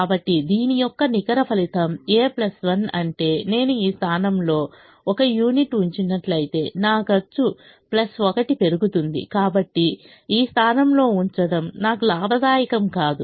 కాబట్టి దీని యొక్క నికర ఫలితం a 1 అంటే నేను ఈ స్థానంలో 1 యూనిట్ ఉంచినట్లయితే నా ఖర్చు 1 పెరుగుతుంది కాబట్టి ఈ స్థానంలో ఉంచడం నాకు లాభదాయకం కాదు